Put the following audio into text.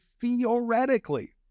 theoretically